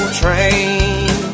train